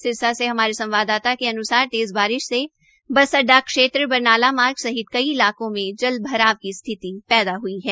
सिरसा से हमारे संवाददाता के अनुसार तेज़ बारिश से बस अड्डा क्षेत्र बरनाला मार्ग सहित कई इलाकों मे जल भराव की स्थिति पैदा हुई है